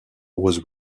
was